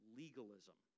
legalism